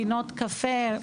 פינות קפה,